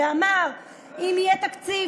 ואמר: אם יהיה תקציב,